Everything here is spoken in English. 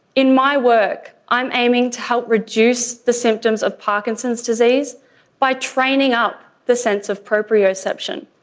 in my work i'm aiming to help reduce the symptoms of parkinson's disease by training up the sense of proprioception.